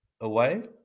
away